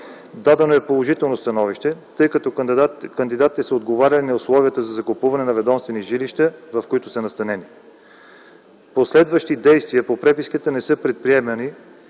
Дадено е положително становище, тъй като кандидатите са отговаряли на условията на закупуване на ведомствените жилища, в които са настанени. Последващи действия по преписките не са предприемани,